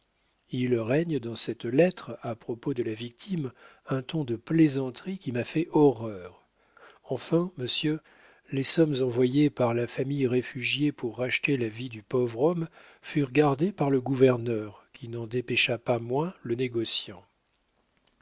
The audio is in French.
il règne dans cette lettre à propos de la victime un ton de plaisanterie qui m'a fait horreur enfin monsieur les sommes envoyées par la famille réfugiée pour racheter la vie du pauvre homme furent gardées par le gouverneur qui n'en dépêcha pas moins le négociant